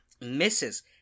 misses